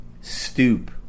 Stoop